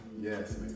Yes